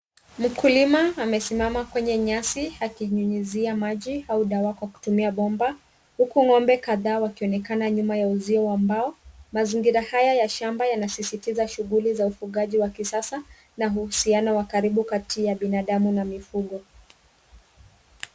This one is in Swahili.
Mkulima amesimama kwenye nyasi akinyunyizia maji au dawa kwa kutumia bomba, huku ng'ombe kadhaa wakionekana nyuma ya uzio wa mbao. Mazingira haya ya shamba yanasisitiza shughuli za ufugaj wa kisasa na uhusiano wa karibu kati ya binadamu na mifugo.